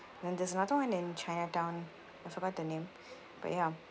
and there's another one in chinatown I forgot the name but ya